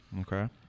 Okay